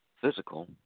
physical